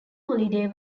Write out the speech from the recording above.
holiday